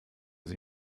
sie